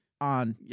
on